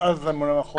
אז לממונה על המחוז?